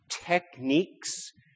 techniques